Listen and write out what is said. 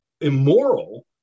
immoral